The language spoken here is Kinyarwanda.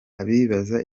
abibaza